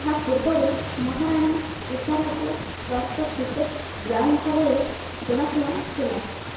ଏହା ପୂର୍ବରୁ Maharani Usharaje trust cricket ground ଭାବରେ ଜଣାଶୁଣା ଥିଲା